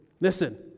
Listen